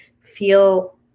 feel